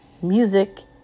Music